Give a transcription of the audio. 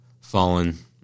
fallen